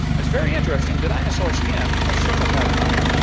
is very interesting that dinosaur skin has circle patterns on it.